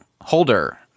Holder